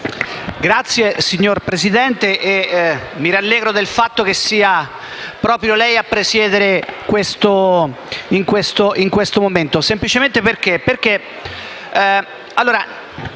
Signor Presidente, mi rallegro del fatto che sia proprio lei a presiedere in questo momento.